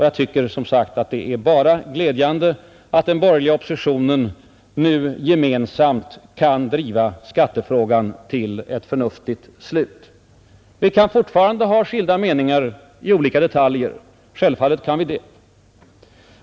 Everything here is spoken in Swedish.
Jag tycker, som sagt, att det är glädjande att den borgerliga oppositionen nu gemensamt kan driva skattefrågan till ett förnuftigt slut. Vi kan fortfarande ha skilda meningar i olika detaljer — självfallet kan vi det.